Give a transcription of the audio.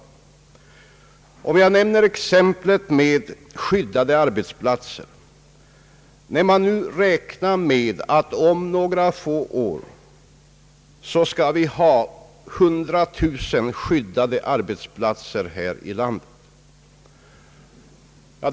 Jag vill nämna exemplet med skyddade arbetsplatser. Man räknar nu med att om några få år skall vi ha 100 000 skyddade arbetsplatser här i landet.